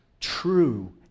true